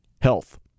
health